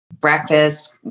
breakfast